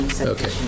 Okay